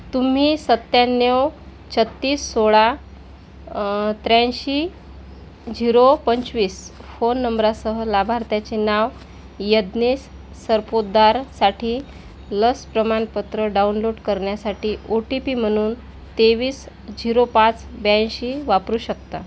तुम्ही सत्याण्णव छत्तीस सोळा त्र्याऐंशी झीरो पंचवीस फोन नंबरासह लाभार्थ्याचे नाव यज्ञेश सरपोतदारसाठी लस प्रमाणपत्र डाउनलोड करण्यासाठी ओ टी पी म्हणून तेवीस झीरो पाच ब्याऐंशी वापरू शकता